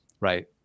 right